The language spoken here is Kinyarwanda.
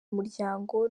umuryango